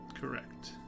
Correct